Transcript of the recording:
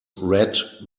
read